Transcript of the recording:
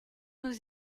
nous